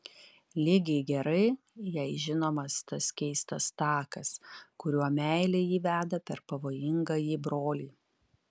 lygiai gerai jai žinomas tas keistas takas kuriuo meilė jį veda pas pavojingąjį brolį